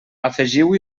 afegiu